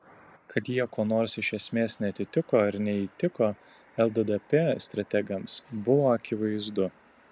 kad jie kuo nors iš esmės neatitiko ir neįtiko lddp strategams buvo akivaizdu